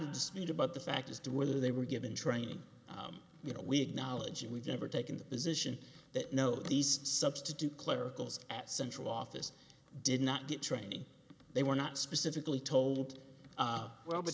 dispute about the fact as to whether they were given training you know we acknowledge and we've never taken the position that no these substitute clericals at central office did not get training they were not specifically told